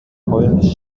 polnisch